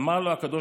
"אמר לו הקב"ה,